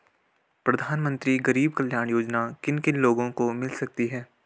प्रधानमंत्री गरीब कल्याण योजना किन किन लोगों को मिल सकती है?